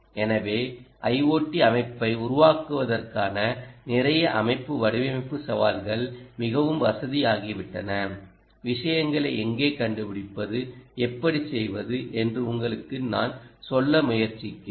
எனவே ஐஓடி அமைப்பை உருவாக்குவதற்கான நிறைய அமைப்பு வடிவமைப்பு சவால்கள் மிகவும் வசதியாகிவிட்டன விஷயங்களை எங்கே கண்டுபிடிப்பது எப்படி செய்வது என்று உங்களுக்கு நான் சொல்ல முயற்சிக்கிறேன்